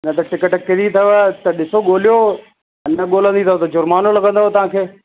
न त टिकट किरी अथव त ॾिसो ॻोल्हियो न ॻोल्हंदी त जुर्मानो लॻंदव तव्हांखे